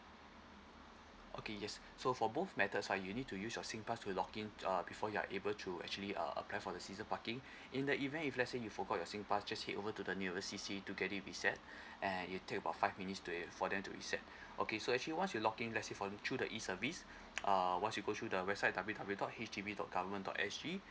okay yes so both matters ah you need to use your singpass to log in uh before you're able to actually uh apply for the season parking in the event if let's say you forgot your singpass just head over to the nearest C_C to get it reset and it take about five minutes to it for them to reset okay so actually once you logged in let's through the E_service uh once you go through the website w w dot H D B dot government dot s g